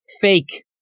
fake